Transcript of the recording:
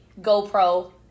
GoPro